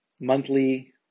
monthly